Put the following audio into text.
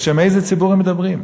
בשם איזה ציבור הם מדברים?